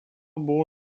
buvo